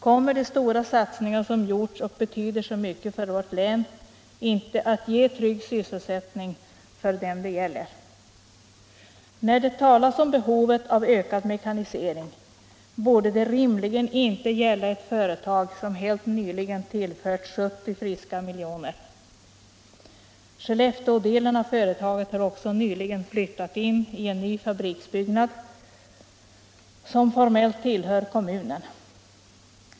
Kommer de stora satsningar som gjorts, och som betyder så mycket för vårt län, inte att ge trygg sysselsättning för de människor det är fråga om? När det talas om behovet av ökad mekanisering, borde det rimligen inte gälla ett företag som helt nyligen tillförts 70 friska miljoner. Skellefteådelen av företaget har också nyligen flyttat in i en ny fabriksbyggnad, som formellt tillhör kommunen.